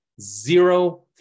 zero